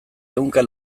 ehunka